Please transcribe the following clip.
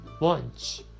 lunch